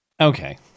Okay